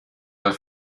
weil